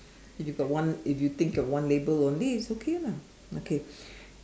if you got one if you think you are one label only it's okay lah okay